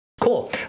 Cool